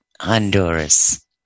Honduras